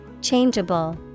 Changeable